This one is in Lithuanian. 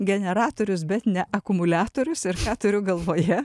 generatorius bet ne akumuliatorius ir ką turiu galvoje